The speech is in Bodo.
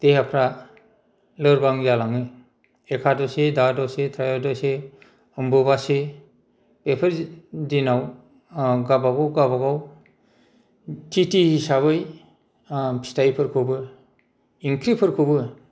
देहाफ्रा लोरबां जालाङो एकादशि दादशि त्रायदशि अम्बुबासि बेफोर दिनाव गावबा गाव गावबा गाव तिथि हिसाबै फिथाइफोरखौबो ओंख्रिफोरखौबो